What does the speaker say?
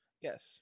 Yes